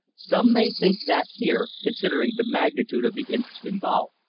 some may think that here, considering the magnitude of the interests involved,